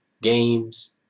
games